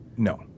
No